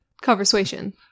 Conversation